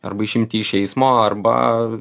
arba išimti iš eismo arba